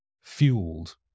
fueled